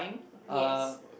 yes